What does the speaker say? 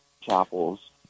chapels